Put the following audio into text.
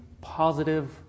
positive